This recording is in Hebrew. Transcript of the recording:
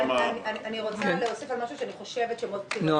אני רוצה להוסיף על משהו שאני חושבת שמוטי יוגב התייחס אליו,